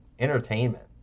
Entertainment